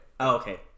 okay